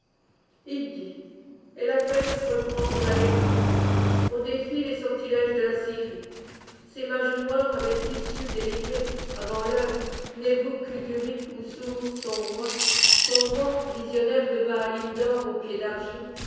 il dit et la fête reprend son allégresse on défie les sortilèges de l'assyrie ses mages noirs avaient-ils su délivrer avant l'heure nëbou kudurri ousour son roi son roi visionnaire de baalïm d'or aux pieds d'argile